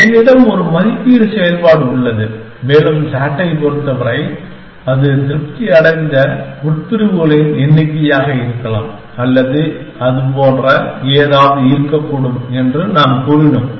என்னிடம் ஒரு மதிப்பீட்டு செயல்பாடு உள்ளது மேலும் SAT ஐப் பொறுத்தவரை அது திருப்தி அடைந்த உட்பிரிவுகளின் எண்ணிக்கையாக இருக்கலாம் அல்லது அது போன்ற ஏதாவது இருக்கக்கூடும் என்று நாம் கூறினோம்